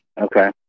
Okay